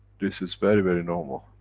this is very, very normal.